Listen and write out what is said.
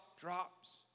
drops